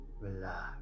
relax